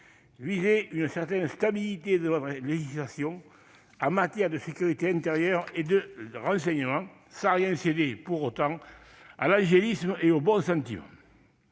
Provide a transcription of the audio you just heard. viser une certaine stabilité de notre législation en matière de sécurité intérieure et de renseignement, sans rien céder pour autant à l'angélisme et aux bons sentiments.